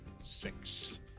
six